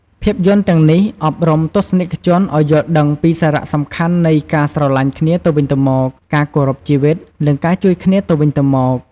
ភាពយន្តទាំងនេះអប់រំទស្សនិកជនឱ្យយល់ដឹងពីសារៈសំខាន់នៃការស្រឡាញ់គ្នាទៅវិញទៅមក ការគោរពជីវិត និងការជួយគ្នាទៅវិញទៅមក។